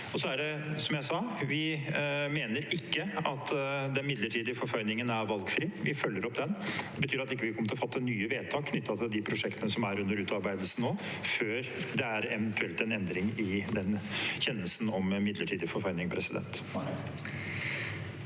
ligger der. Som jeg sa, mener vi ikke at den midlertidige forføyningen er valgfri. Vi følger opp den. Det betyr at vi ikke kommer til å fatte nye vedtak knyttet til de prosjektene som er under utarbeidelse nå, før det eventuelt er en endring i kjennelsen om midlertidig forføyning. Sofie